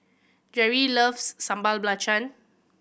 Jere loves Sambal Belacan